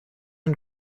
and